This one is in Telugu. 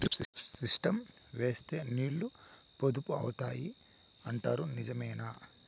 డ్రిప్ సిస్టం వేస్తే నీళ్లు పొదుపు అవుతాయి అంటారు నిజమేనా?